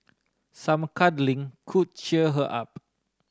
some cuddling could cheer her up